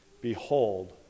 behold